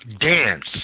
dance